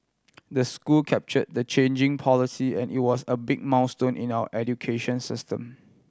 the school capture the changing policy and it was a big milestone in our education system